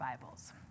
Bibles